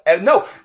No